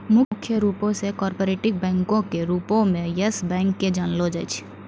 मुख्य रूपो से कार्पोरेट बैंको के रूपो मे यस बैंक के जानलो जाय छै